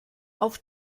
auf